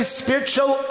spiritual